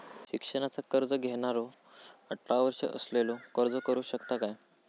शिक्षणाचा कर्ज घेणारो अठरा वर्ष असलेलो अर्ज करू शकता काय?